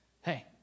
Hey